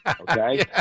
Okay